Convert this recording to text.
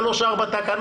שלוש או ארבע תקנות.